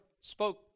spoke